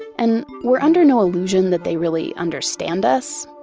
and we're under no illusion that they really understand us,